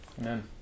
Amen